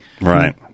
Right